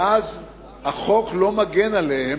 ואז החוק לא מגן עליהן.